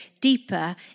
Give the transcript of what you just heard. deeper